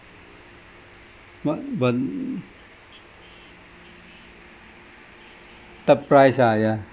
but but third price ah yeah